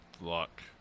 Luck